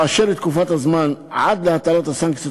אשר לתקופת הזמן עד להטלת הסנקציות,